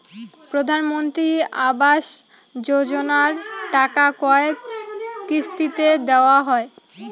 প্রধানমন্ত্রী আবাস যোজনার টাকা কয় কিস্তিতে দেওয়া হয়?